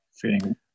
feeling